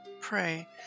pray